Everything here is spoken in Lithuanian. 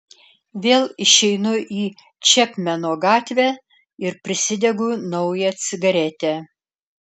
vėl išeinu į čepmeno gatvę ir prisidegu naują cigaretę